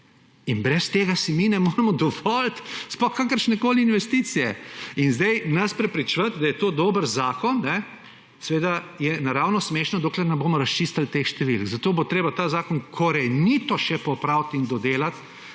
In brez tega si mi ne moremo dovoliti sploh kakršnekoli investicije. In zdaj nas prepričevati, da je to dober zakon, seveda je naravnost smešno, dokler ne bomo razčistili teh številk. Zato bo treba ta zakon korenito še popraviti in dodelati,